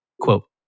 Quote